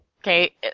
Okay